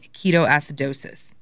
ketoacidosis